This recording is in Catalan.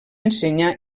ensenyar